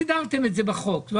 סידרנו בחוק גוף